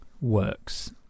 works